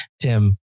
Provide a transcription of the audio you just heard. Tim